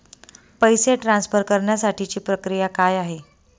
पैसे ट्रान्सफर करण्यासाठीची प्रक्रिया काय आहे?